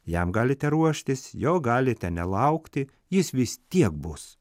jam galite ruoštis jo galite nelaukti jis vis tiek bus